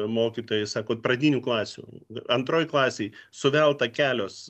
mokytojai sako pradinių klasių antroj klasėj suvelta kelios